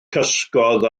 cysgodd